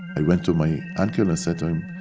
i went to my uncle and said to him,